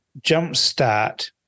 jumpstart